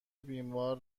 بیمار